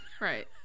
Right